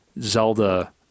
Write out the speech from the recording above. Zelda